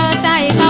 sai